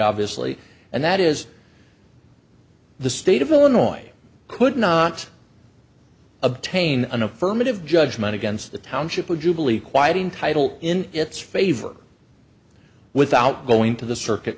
obviously and that is the state of illinois could not obtain an affirmative judgment against the township of jubilee quieting title in its favor without going to the circuit